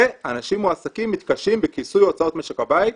ואנשים מועסקים מתקשים בכיסוי הוצאות משק הבית,